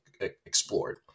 explored